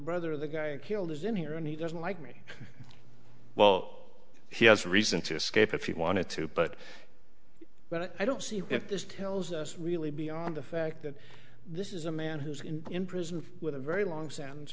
brother of the guy killed is in here and he doesn't like me well he has a reason to escape if he wanted to but i don't see if this tells us really beyond the fact that this is a man who's been in prison with a very long stands